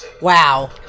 Wow